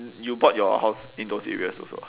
you bought your house in those areas also ah